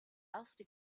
erste